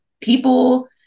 people